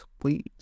please